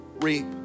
reap